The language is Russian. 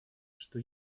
что